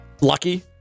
Lucky